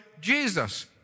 Jesus